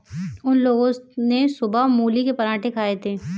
उन लोगो ने सुबह मूली के पराठे खाए थे